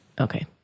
Okay